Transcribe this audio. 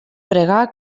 pregar